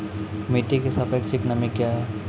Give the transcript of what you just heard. मिटी की सापेक्षिक नमी कया हैं?